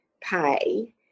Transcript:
pay